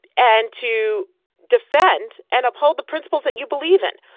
and to defend and uphold the principles that you believe in.